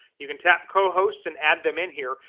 you can tap co-hosts and add them in here.